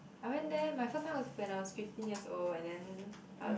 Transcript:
I went there my first time was when I was Fifteen years old and then i was